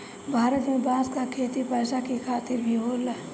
भारत में बांस क खेती पैसा के खातिर भी होला